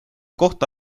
kohta